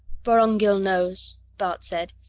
vorongil knows, bart said.